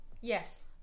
Yes